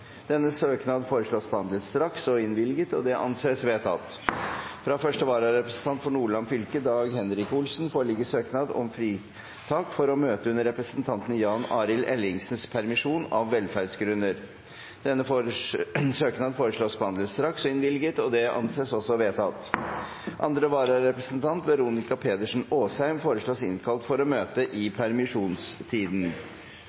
Denne søknaden behandles straks og innvilges. – Det anses vedtatt. Fra første vararepresentant for Nordland fylke, Dagfinn Henrik Olsen , foreligger søknad om fritak for å møte under representanten Jan Arild Ellingsens permisjon, av velferdsgrunner. Etter forslag fra presidenten ble enstemmig besluttet: Søknaden behandles straks og innvilges. Følgende vararepresentant innkalles for å møte i